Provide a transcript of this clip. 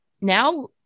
now